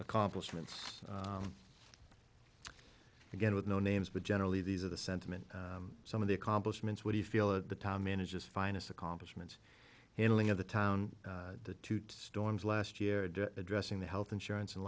accomplishments again with no names but generally these are the sentiment some of the accomplishments what do you feel at the top managers finest accomplishment handling of the town the storms last year addressing the health insurance and